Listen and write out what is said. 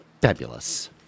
fabulous